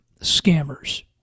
scammers